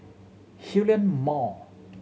Hillion Mall